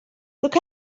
look